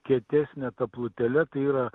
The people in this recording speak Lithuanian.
kietesne ta plutele tai yra